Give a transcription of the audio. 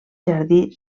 jardí